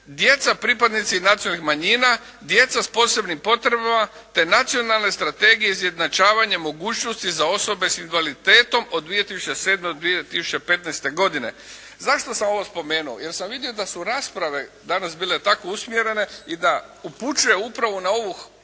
djeca pripadnici nacionalnih manjina, djeca s posebnim potrebama te Nacionalne strategije izjednačavanja mogućnosti za osobe s invaliditetom od 2007. do 2015. godine. Zašto sam ovo spomenuo? Jer sam vidio da su rasprave danas bile tako usmjerene i da upućuje upravo na ovu